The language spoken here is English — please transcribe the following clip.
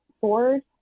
board